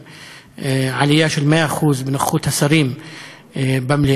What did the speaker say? עלייה של 100% בנוכחות השרים במליאה,